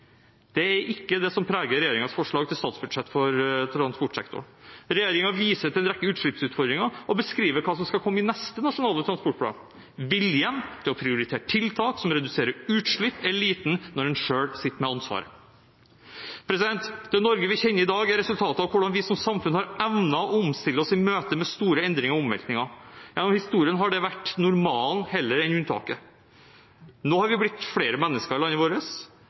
Det er ikke det som preger regjeringens forslag til statsbudsjett for transportsektoren. Regjeringen viser til en rekke utslippsutfordringer og beskriver hva som skal komme i neste nasjonale transportplan. Viljen til å prioritere tiltak som reduserer utslipp, er liten når en selv sitter med ansvaret. Det Norge vi kjenner i dag, er resultatet av hvordan vi som samfunn har evnet å omstille oss i møte med store endringer og omveltninger. Gjennom historien har dette vært normalen heller enn unntaket. Nå har vi blitt flere mennesker i landet vårt,